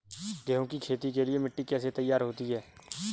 गेहूँ की खेती के लिए मिट्टी कैसे तैयार होती है?